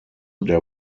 der